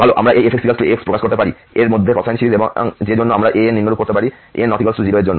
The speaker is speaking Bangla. ভাল আমরা এই fxx প্রকাশ করতে পারি এর মধ্যে কোসাইন সিরিজ এবং যে জন্য আমরা ans নিরূপণ করতে পারি n≠0 এর জন্য